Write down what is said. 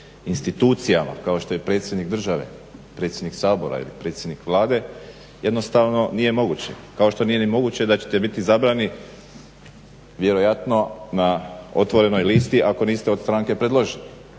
kao što je predsjednik države, predsjednik Sabora ili predsjednik Vlade, jednostavno nije moguće. Kao što nije ni moguće da ćete biti izabrani vjerojatno na otvorenoj listi ako niste od stranke predloženi.